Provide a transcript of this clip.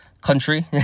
country